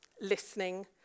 listening